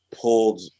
pulled